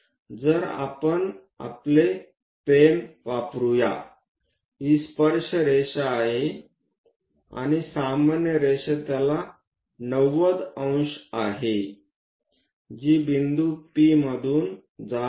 तर आपण आपले पेन वापरुया ही स्पर्शरेषा आहे आणि सामान्य रेषा त्याला 900 आहे जी बिंदू P मधून जात आहे